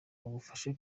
bagufashe